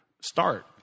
start